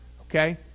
okay